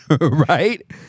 right